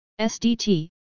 SDT